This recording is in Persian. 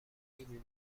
میدونی